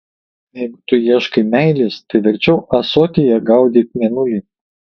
jeigu tu ieškai meilės tai verčiau ąsotyje gaudyk mėnulį